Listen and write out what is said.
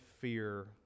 fear